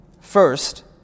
First